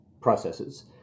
processes